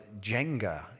Jenga